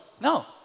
No